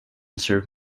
serve